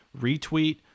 retweet